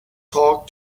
talk